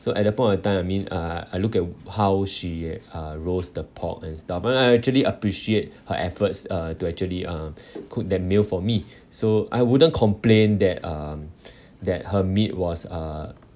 so at that point of time I mean uh uh I look at how she uh roast the pork and stuff but I I actually appreciate her efforts uh to actually um cook that meal for me so I wouldn't complain that um that her meat was uh